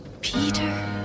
Peter